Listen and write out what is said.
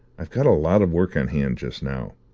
i've got a lot of work on hand just now.